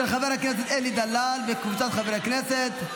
של חבר הכנסת אלי דלל וקבוצת חברי הכנסת.